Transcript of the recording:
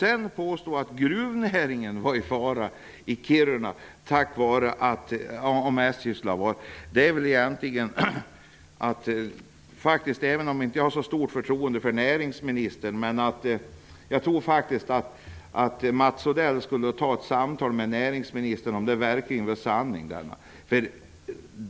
Att påstå att gruvnäringen skulle vara i fara i Kiruna om SJ skulle ha varit kvar är också märkligt. Jag har inte så stort förtroende för näringsministern, men jag tror faktiskt att Mats Odell skulle ha ett samtal med näringsministern om det verkligen är sanning.